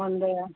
ಒಂದು